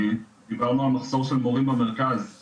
דיברנו על מחסור של מורים במרכז,